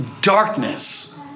darkness